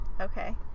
Okay